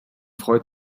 freut